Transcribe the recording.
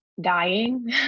dying